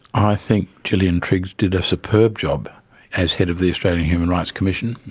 i think gillian triggs did a superb job as head of the australian human rights commission.